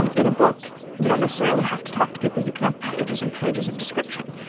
um in a book, you don't necessarily have to talk to people, you can have pages and pages of description.